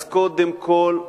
אז קודם כול,